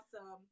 awesome